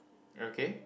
okay